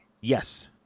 Yes